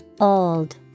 Old